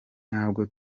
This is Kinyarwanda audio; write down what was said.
ntabwo